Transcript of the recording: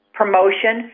promotion